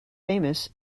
famous